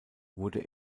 wurde